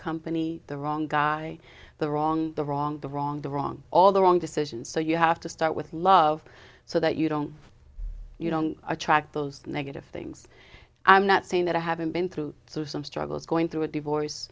company the wrong guy the wrong the wrong the wrong the wrong all the wrong decisions so you have to start with love so that you don't you don't attract those negative things i'm not saying that i haven't been through some struggles going through a divorce